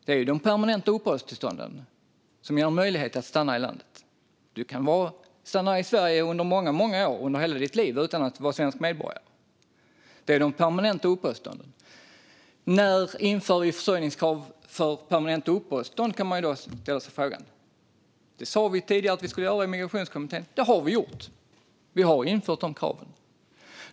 Det är det permanenta uppehållstillståndet som ger dig möjlighet att stanna i landet. Du kan stanna i Sverige under många år, i hela ditt liv, utan att vara svensk medborgare. Då kan man ställa frågan när vi inför försörjningskrav för permanent uppehållstillstånd. Det sa vi i Migrationskommittén att vi skulle göra. Det har vi gjort. Vi har infört de kraven.